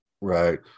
right